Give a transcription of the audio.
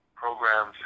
programs